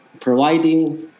providing